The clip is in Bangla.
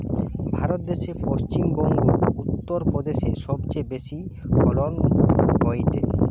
ভারত দ্যাশে পশ্চিম বংগো, উত্তর প্রদেশে সবচেয়ে বেশি ফলন হয়টে